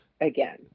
again